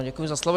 Děkuji za slovo.